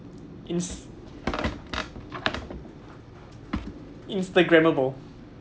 ins~ instagramable